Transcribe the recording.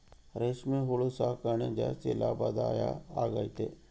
ರೇಷ್ಮೆ ಹುಳು ಸಾಕಣೆ ಜಾಸ್ತಿ ಲಾಭದಾಯ ಆಗೈತೆ